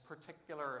particular